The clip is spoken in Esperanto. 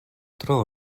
tro